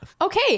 Okay